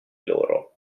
loro